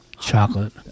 Chocolate